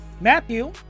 matthew